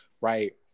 right